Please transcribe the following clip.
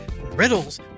riddles